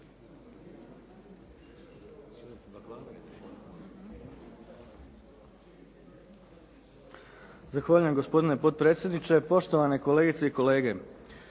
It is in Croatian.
Zahvaljujem. Gospodine potpredsjedniče, poštovane kolegice i kolege.